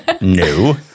No